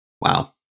Wow